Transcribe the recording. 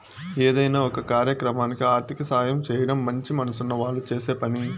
ఏదైనా ఒక కార్యక్రమానికి ఆర్థిక సాయం చేయడం మంచి మనసున్న వాళ్ళు చేసే పని